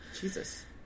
Jesus